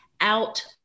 out